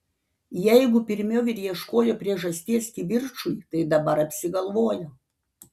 jeigu pirmiau ir ieškojo priežasties kivirčui tai dabar apsigalvojo